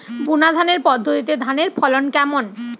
বুনাধানের পদ্ধতিতে ধানের ফলন কেমন?